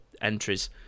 entries